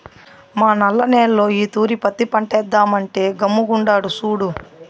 మా నల్ల నేల్లో ఈ తూరి పత్తి పంటేద్దామంటే గమ్ముగుండాడు సూడు